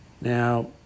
Now